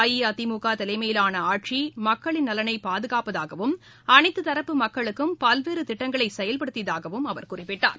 அஇஅதிமுக தலைமையிலான ஆட்சி மக்களின் நலனை பாதுகாப்பதாகவும் அனைத்துத்தரப்பு மக்களுக்கும் பல்வேறு திட்டங்களை செயல்படுத்தியதாகவும் குறிப்பிட்டார்